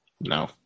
No